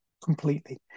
completely